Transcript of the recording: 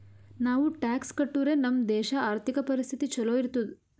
ನಾವು ಟ್ಯಾಕ್ಸ್ ಕಟ್ಟುರೆ ನಮ್ ದೇಶ ಆರ್ಥಿಕ ಪರಿಸ್ಥಿತಿ ಛಲೋ ಇರ್ತುದ್